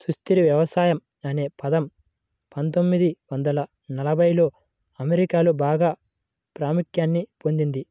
సుస్థిర వ్యవసాయం అనే పదం పందొమ్మిది వందల ఎనభైలలో అమెరికాలో బాగా ప్రాముఖ్యాన్ని పొందింది